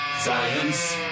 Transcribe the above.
Science